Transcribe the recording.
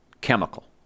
chemical